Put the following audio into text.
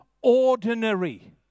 ordinary